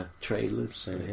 trailers